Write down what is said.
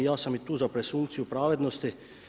Ja sam i tu za presumpciju pravednosti.